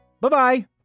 Bye-bye